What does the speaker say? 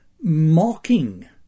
mocking